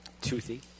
Toothy